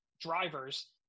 drivers